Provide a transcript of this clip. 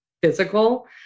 physical